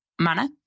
manner